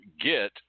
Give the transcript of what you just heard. get